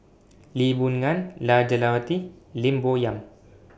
Lee Boon Ngan Jah Lelawati Lim Bo Yam